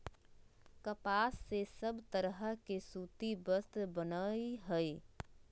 कपास से सब तरह के सूती वस्त्र बनय हय